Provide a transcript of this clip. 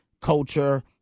culture